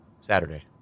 Saturday